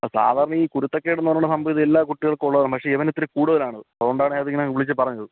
അത് സാധാരണ ഈ കുരുത്തക്കേടെന്നു പറയുന്ന സംഭവം ഇത് എല്ലാ കുട്ടികൾക്കും ഉള്ളതാണ് പക്ഷെ ഇവന് ഇത്തിരി കൂടുതലാണ് അത് അത്കൊണ്ടാണ് ഞാനിത് അങ്ങനങ് വിളിച്ചു പറഞ്ഞത്